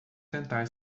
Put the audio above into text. tentar